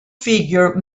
figure